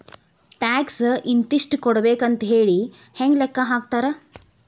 Tax ಇಂತಿಷ್ಟ ಕೊಡ್ಬೇಕ್ ಅಂಥೇಳಿ ಹೆಂಗ್ ಲೆಕ್ಕಾ ಹಾಕ್ತಾರ?